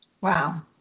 Wow